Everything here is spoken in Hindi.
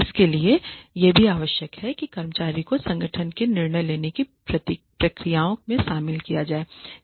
इसके लिए यह भी आवश्यक है कि कर्मचारियों को संगठन की निर्णय लेने की प्रक्रियाओं में शामिल किया जाए